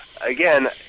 again